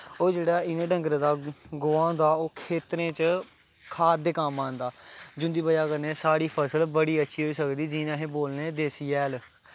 होर जेह्ड़ा इ'नें डंगरें दा गोहा होंदा ओह् खेत्तरें च खाद दे कम्म आंदा जिंदी बज़ह् कन्नै साढ़ी फसल बड़ी अच्छी होई सकदी जियां अस बोलने देसी हैल